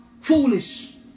foolish